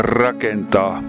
rakentaa